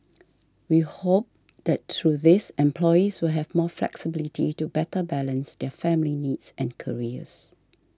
we hope that through these employees will have more flexibility to better balance their family needs and careers